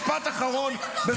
משפט אחרון, ברשותך.